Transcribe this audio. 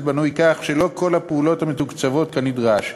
בנוי כך שלא כל הפעולות מתוקצבות כנדרש,